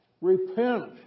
Repent